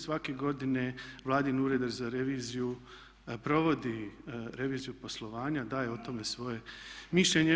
Svake godine Vladin ured za reviziju provodi reviziju poslovanja, daje o tome svoje mišljenje.